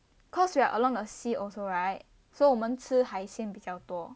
cause we are along the sea also right so 我们吃海鲜比较多